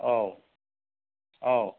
औ औ